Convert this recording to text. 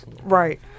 Right